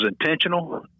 intentional